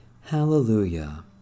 Hallelujah